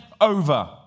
over